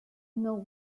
know